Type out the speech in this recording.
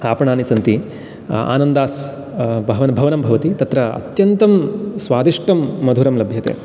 आपणानि सन्ति आनन्दास् भवनं भवति तत्र अत्यन्तं स्वादिष्टं मधुरं लभ्यते